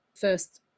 first